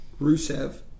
Rusev